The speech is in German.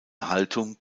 haltung